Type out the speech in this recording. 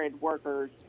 workers